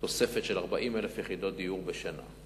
תוספת של 40,000 יחידות דיור בשנה.